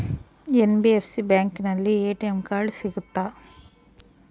NBFC ಬ್ಯಾಂಕಿನಲ್ಲಿ ATM card ಸಿಗುತ್ತಾ?